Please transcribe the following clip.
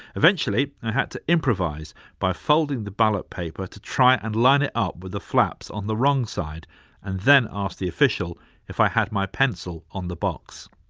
eventually, i had to improvise by folding the ballot paper to try and line it up with the flaps on the wrong side and then ask the official if i had my pencil on the box.